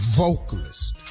vocalist